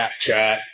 Snapchat